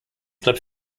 bleibt